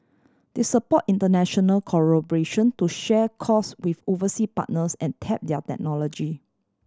they support international collaboration to share cost with oversea partners and tap their technology